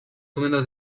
húmedos